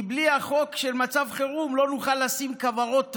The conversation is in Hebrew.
כי בלי החוק של מצב חירום לא נוכל לשים כוורות דבש,